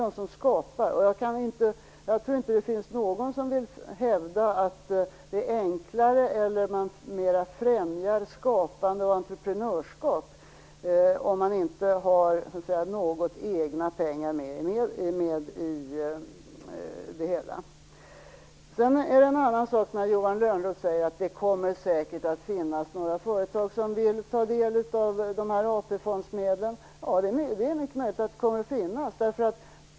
Jag tror inte att det finns någon som vill hävda att det är enklare eller att man mer främjar skapande och entreprenörskap om man inte har några egna pengar med i det hela. Sedan säger Johan Lönnroth att det säkert kommer att finnas några företag som vill ta del av AP fondsmedlen. Det är mycket möjligt att det är så.